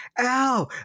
ow